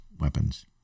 weapons